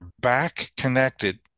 back-connected